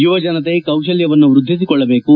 ಯುವ ಜನತೆ ಕೌಶಲ್ವವನ್ನು ವ್ಯದ್ನಿಸಿಕೊಳ್ಳಬೇಕು